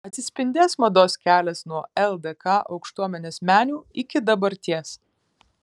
atsispindės mados kelias nuo ldk aukštuomenės menių iki dabarties